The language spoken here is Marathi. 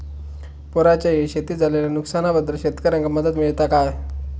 पुराच्यायेळी शेतीत झालेल्या नुकसनाबद्दल शेतकऱ्यांका मदत मिळता काय?